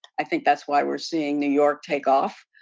i think that's why we're seeing new york takeoff.